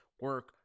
Work